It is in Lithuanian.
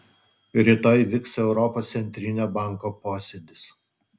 rytoj vyks europos centrinio banko posėdis